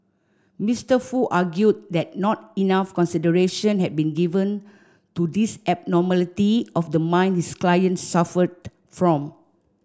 Mister Foo argued that not enough consideration had been given to this abnormality of the mind his client suffered from